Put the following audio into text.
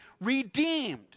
redeemed